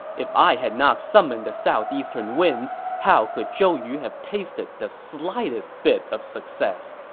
if i had not summoned the southeastern winds, how could zhou yu have tasted the slightest bit of success?